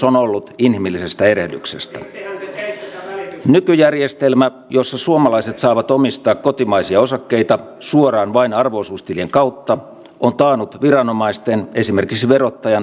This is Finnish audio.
ja tulkki on erittäin tärkeä kun tulee toisesta maasta eikä osaa yhtään suomen kieltä ja se on tietysti itse kullekin karmea paikka